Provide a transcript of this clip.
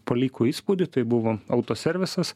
paliko įspūdį tai buvo autoservisas